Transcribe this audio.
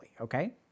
okay